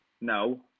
No